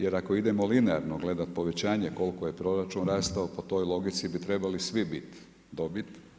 Jer, ako idemo linearno gledati, povećanje koliko je proračun rastao, po toj logici bi trebali svi biti dobit.